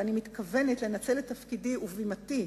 ואני מתכוונת לנצל את תפקידי ובימתי